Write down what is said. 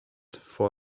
for